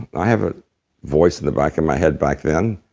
i have a voice in the back of my head back then.